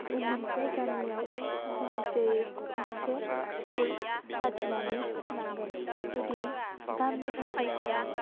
मोनसे गामियाव खमेसेयै गंसे स्कुल फाथिनानै होनांगोन जुदि गामि ओनसोलफोराव